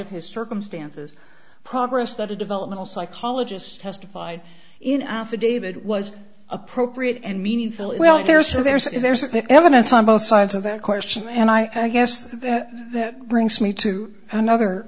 if his circumstances progress that a developmental psychologist testified in affidavit was appropriate and meaningful it well there's a there's a there's a quick evidence on both sides of that question and i guess that brings me to another